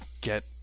get